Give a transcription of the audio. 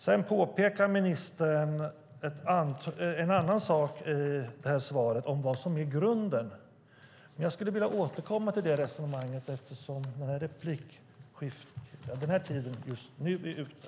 Sedan påpekar ministern en annan sak i svaret, nämligen vad som är grunden. Jag skulle vilja återkomma till det resonemanget i nästa inlägg eftersom min talartid just nu är ute.